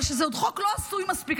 אבל זה עוד חוק לא עשוי מספיק.